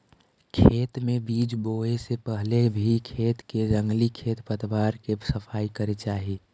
खेत में बीज बोए से पहले भी खेत के जंगली खेर पतवार के सफाई करे चाही